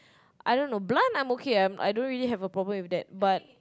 I don't know blunt I'm okay I'm I don't really have a problem with that but